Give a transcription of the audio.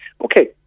Okay